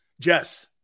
Jess